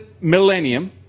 millennium